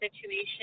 situation